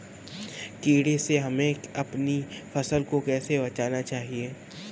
कीड़े से हमें अपनी फसल को कैसे बचाना चाहिए?